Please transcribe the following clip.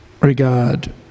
regard